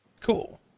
Cool